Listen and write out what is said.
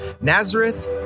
Nazareth